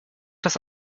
das